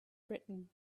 britain